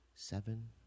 seven